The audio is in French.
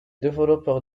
développeurs